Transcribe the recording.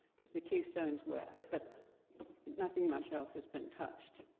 because the keystones were, but nothing much else has been touched.